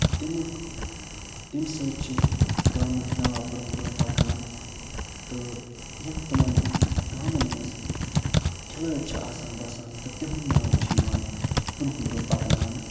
تہٕ تَمیُک تٔمۍ سۭتۍ چھِ گامُک ناو برٛونٛہہ برٛونٛہہ پکان تہٕ یِم تِمَن گامَن منٛز کھلٲڑۍ چھِ آسان بَسان تہٕ تِہُنٛد ناو چھِ یِوان برٛونٛہہ برٛونٛہہ پَکناونہٕ